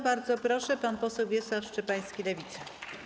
Bardzo proszę, pan poseł Wiesław Szczepański, Lewica.